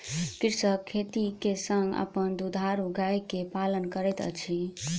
कृषक खेती के संग अपन दुधारू गाय के पालन करैत अछि